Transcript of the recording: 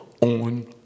on